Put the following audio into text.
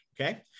Okay